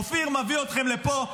אופיר מביא אתכם לפה,